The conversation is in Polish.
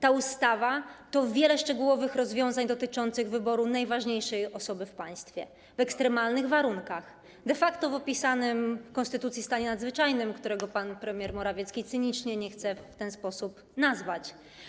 Ta ustawa to wiele szczegółowych rozwiązań dotyczących wyboru najważniejszej osoby w państwie w ekstremalnych warunkach, de facto w opisanym w konstytucji stanie nadzwyczajnym, którego pan premier Morawiecki cynicznie nie chce w ten sposób nazwać.